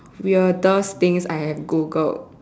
weirdest things I have Googled